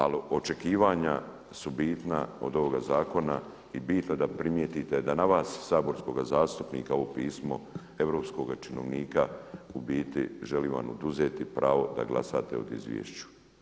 Ali očekivanja su bitna od ovoga zakona i bitno je da primijetite da na vas saborskoga zastupnika ovo pismo europskoga činovnika u biti želi vam oduzeti pravo da glasate o izvješću.